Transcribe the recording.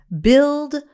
build